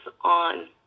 on